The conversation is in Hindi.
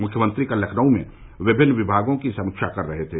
मुख्यमंत्री कल लखनऊ में विमिन्न विमागों की समीक्षा कर रहे थे